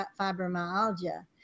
fibromyalgia